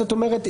זאת אומרת,